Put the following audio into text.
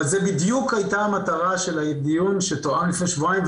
אבל זה בדיוק הייתה המטרה של הדיון שתואם לפני שבועיים,